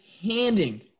handing